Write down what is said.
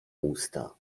usta